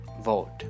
vote